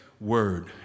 word